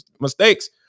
mistakes